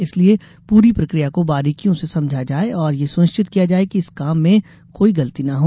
इसलिये पूरी प्रक्रिया को बारिकियों से समझा जाये और यह सुनिश्चित किया जाये कि इस काम में कोई गलती ना हो